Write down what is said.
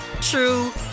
true